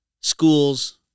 schools